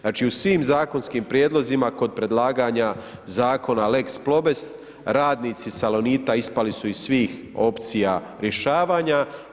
Znači, u svim zakonskim prijedlozima kod predlaganja zakona lex Plobest, radnici Salonita ispali su iz svih opcija rješavanja.